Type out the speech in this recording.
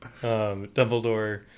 dumbledore